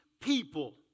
people